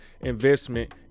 investment